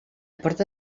porta